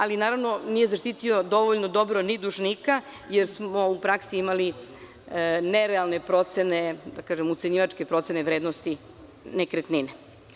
Ali, naravno, nije zaštitio dovoljno dobro ni dužnika, jer smo u praksi imali nerealne procene, da kažem, ucenjivačke procene vrednosti nekretnine.